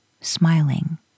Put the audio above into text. smiling